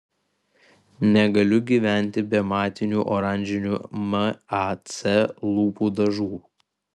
negaliu gyventi be matinių oranžinių mac lūpų dažų